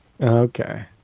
Okay